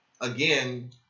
again